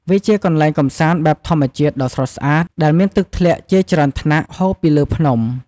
វាជាកន្លែងកម្សាន្តបែបធម្មជាតិដ៏ស្រស់ស្អាត ដែលមានទឹកធ្លាក់ជាច្រើនថ្នាក់ហូរពីលើភ្នំ។